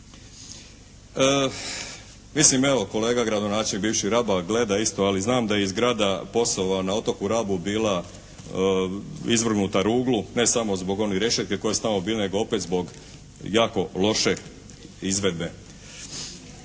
Mislim evo kolega gradonačelnik bivši Raba gleda isto ali znam da je i zgrada POS-ova na otoku Rabu bila izvrgnuta ruglu ne samo zbog onih rešetki koje su tamo bile nego opet zbog jako loše izvedbe.